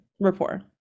rapport